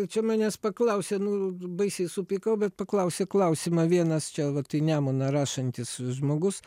čia manęs paklausė nu baisiai supykau bet paklausė klausimą vienas čia vat į nemuną rašantis žmogus